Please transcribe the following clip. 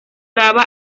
daba